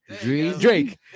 Drake